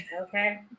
Okay